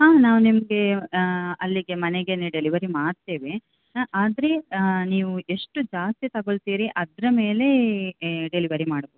ಹಾಂ ನಾವು ನಿಮಗೆ ಅಲ್ಲಿಗೆ ಮನೆಗೇ ಡೆಲಿವರಿ ಮಾಡ್ತೇವೆ ಆದರೆ ನೀವು ಎಷ್ಟು ಜಾಸ್ತಿ ತಗೊಳ್ತೀರಿ ಅದರ ಮೇಲೆ ಡೆಲಿವರಿ ಮಾಡ್